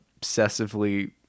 obsessively